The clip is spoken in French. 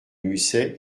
musset